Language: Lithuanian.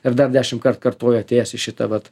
ir dar dešimkart kartoja atėjęs į šitą vat